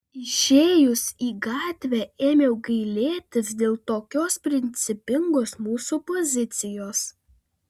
išėjus į gatvę ėmiau gailėtis dėl tokios principingos mūsų pozicijos